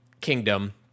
kingdom